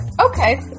Okay